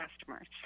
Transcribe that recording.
customers